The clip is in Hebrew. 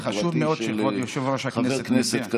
זה חשוב מאוד שכבוד יושב-ראש הכנסת,